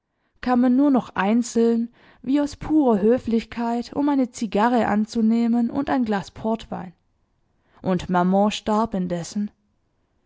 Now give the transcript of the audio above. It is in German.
kamen nur noch einzeln wie aus purer höflichkeit um eine zigarre anzunehmen und ein glas portwein und maman starb indessen